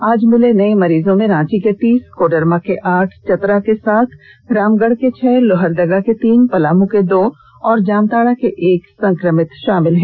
आज मिले नये मरीजों में रांची के तीस कोडरमा के आठ चतरा के सात रामगढ़ के छह लोहरदगा के तीन पलामू के दो और जामताड़ा के एक संक्रमित शामिल है